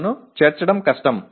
க்களையும் சேர்ப்பது கடினம்